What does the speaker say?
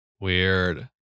Weird